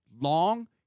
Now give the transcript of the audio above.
long